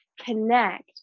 connect